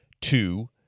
Two